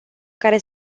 care